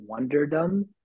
wonderdom